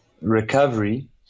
recovery